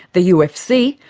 the ufc,